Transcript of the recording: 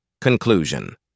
Conclusion